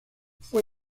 fue